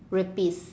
rapists